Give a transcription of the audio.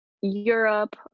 Europe